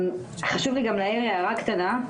חשוב לי גם להעיר הערה קטנה.